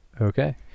Okay